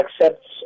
accepts